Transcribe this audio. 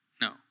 No